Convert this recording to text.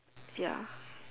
ya